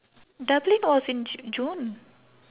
dublin was in j~ june